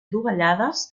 adovellades